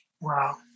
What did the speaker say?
Wow